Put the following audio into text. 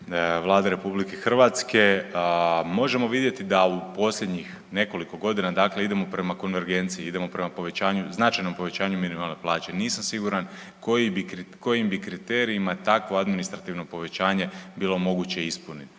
Vlade RH. A možemo vidjeti da u posljednjih nekoliko godina dakle idemo prema konvergenciji, idemo prema povećanju, značajnom povećanju minimalne plaće. Nisam siguran kojim bi kriterijima takvo administrativno povećanje bilo moguće ispuniti,